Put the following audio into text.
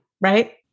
Right